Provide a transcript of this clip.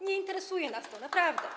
Nie interesuje nas to, naprawdę.